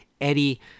Eddie